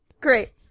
Great